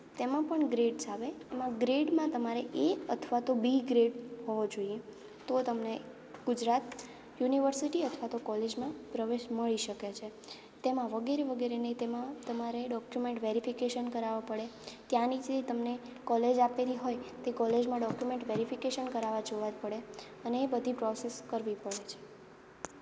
તેમાં પણ ગ્રેડસ આવે એમાં ગ્રેડમાં તમારે એ અથવા તો બી ગ્રેડ હોવો જોઈએ તો તમને ગુજરાત યુનિવર્સિટી અથવા તો કોલેજમાં પ્રવેશ મળી શકે છે તેમાં વગેરે વગેરેની તેમાં તમારે ડોકયુમેંટ વેરીફીકેસન કરાવવા પડે ત્યાંની જે તમને કોલેજ આપેલી હોય તે કોલેજમાં ડોકયુમેંટ વેરિફિકસન કરાવવા જોવા પડે અને બધી પ્રોસેસ કરવી પડે છે